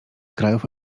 krajów